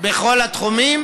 בכל התחומים,